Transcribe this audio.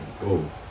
go